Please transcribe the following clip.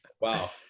Wow